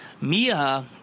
Mia